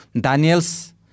Daniels